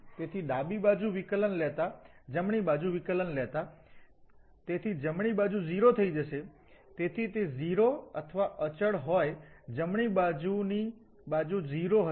તેથી ડાબી બાજુ વિકલન લેતા જમણી બાજુ વિકલન લેતા તેથી જમણી બાજુ 0 થઈ જશે તેથી તે 0 અથવા અચલ હોય જમણી બાજુની બાજુ 0 હશે